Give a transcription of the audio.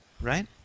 Right